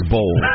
Bowl